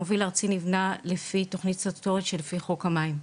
המוביל הארצי נבנה לפי תכנית סטטוטורית לפי חוק המים.